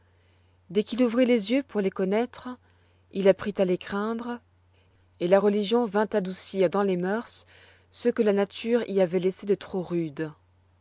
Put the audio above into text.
dès qu'il ouvrit les yeux pour les connoître il apprit à les craindre et la religion vint adoucir dans les mœurs ce que la nature y avoit laissé de trop rude